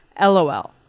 LOL